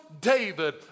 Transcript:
David